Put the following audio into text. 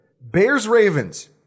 Bears-Ravens